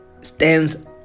stands